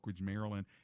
Maryland